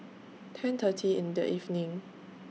ten thirty in The evening